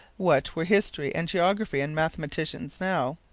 what were history and geography and mathematics now,